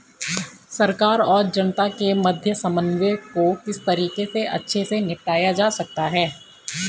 सरकार और जनता के मध्य समन्वय को किस तरीके से अच्छे से निपटाया जा सकता है?